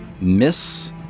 Miss